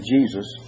Jesus